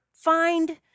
Find